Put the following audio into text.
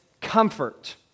comfort